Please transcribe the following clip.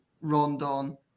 Rondon